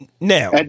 Now